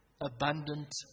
abundant